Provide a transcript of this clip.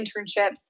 internships